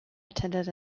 attended